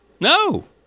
No